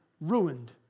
ruined